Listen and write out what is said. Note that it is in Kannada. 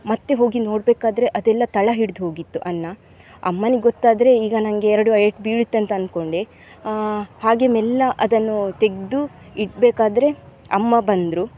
ಮತ್ತೆ ಹೋಗಿ ನೋಡಬೇಕಾದ್ರೆ ಅದೆಲ್ಲ ತಳ ಹಿಡಿದೋಗಿತ್ತು ಅನ್ನ ಅಮ್ಮನಿಗೆ ಗೊತ್ತಾದರೆ ಈಗ ನನಗೆ ಎರಡು ಏಟು ಬೀಳುತ್ತಂತ ಅಂದ್ಕೊಂಡೆ ಹಾಗೇ ಮೆಲ್ಲ ಅದನ್ನು ತೆಗೆದು ಇಡಬೇಕಾದ್ರೆ ಅಮ್ಮ ಬಂದರು